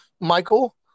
Michael